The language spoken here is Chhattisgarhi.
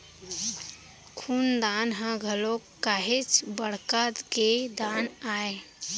खून दान ह घलोक काहेच बड़का के दान आय